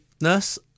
nurse